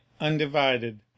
undivided